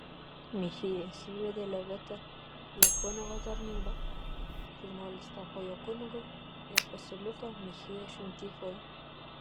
michėjas įvedė levitą į kunigo tarnybą jaunuolis tapo jo kunigu ir pasiliko michėjo šventykloje